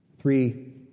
three